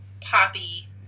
poppy